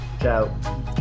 Ciao